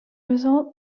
result